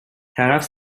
طرف